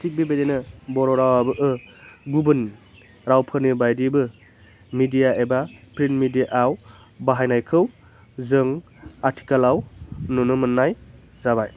थिग बेबायदिनो बर' रावाबो गुबुन रावफोरनि बायदिबो मेडिया एबा प्रिन्ट मेडियाआव बाहायनायखौ जों आथिखालाव नुनो मोननाय जाबाय